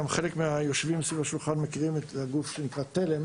חלק מהיושבים סביב השולחן מכירים את הגוף שנקרא "תלם"